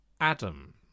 Adam